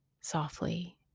softly